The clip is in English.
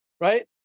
right